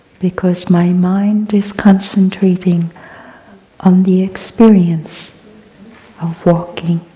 because my mind is concentrating on the experience of walking.